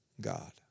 God